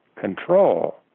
control